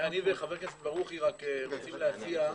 אני וחבר הכנסת ברוכי רוצים להציע,